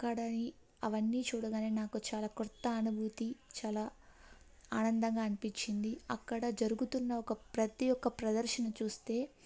అక్కడని అవన్నీ చూడగానే నాకు చాలా కొత్త అనుభూతి చాలా ఆనందంగా అనిపించింది అక్కడ జరుగుతున్న ఒక ప్రతి ఒక్క ప్రదర్శన చూస్తే